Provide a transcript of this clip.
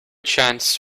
chance